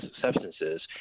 substances